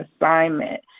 assignment